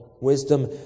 wisdom